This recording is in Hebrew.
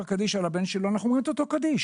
קדיש על הבן שלו ואנחנו אמרים את אותו קדיש.